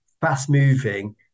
fast-moving